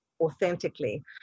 authentically